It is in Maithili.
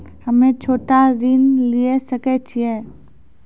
हम्मे छोटा ऋण लिये सकय छियै?